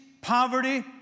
poverty